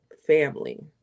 Family